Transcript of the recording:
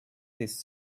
this